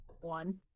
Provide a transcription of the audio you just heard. one